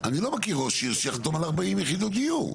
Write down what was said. אני לא מכיר ראש עיר שיחתום על 40 יחידות דיור.